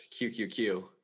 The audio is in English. QQQ